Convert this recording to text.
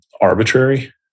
arbitrary